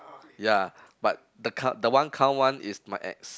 ya but the cou~ one count one is my ex